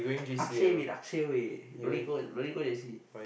Akshay-Bin-Akshay eh no need go no need go J_C